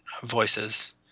voices